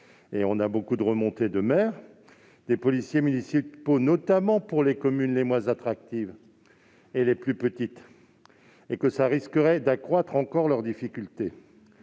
avons beaucoup de remontées de la part des maires -, notamment pour les communes les moins attractives et les plus petites, et il risquait d'accroître encore leurs difficultés.